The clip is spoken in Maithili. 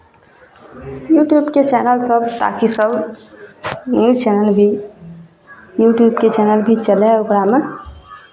यूट्यूबके चैनलसभ ताकि सभ ई चैनल भी यूट्यूबके चैनल भी चलय ओकरामे